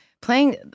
playing